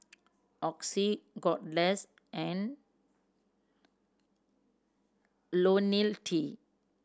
Oxy Kordel's and Ionil T